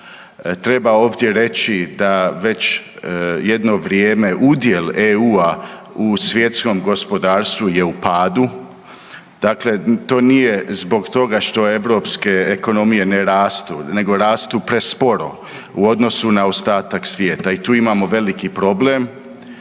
Treba ovdje reći da već jedno vrijeme udjel EU-a u svjetskom gospodarstvu je u padu. Dakle, to nije zbog toga što europske ekonomije ne rastu, nego rastu presporo u odnosu na ostatak svijeta i tu imamo veliki problem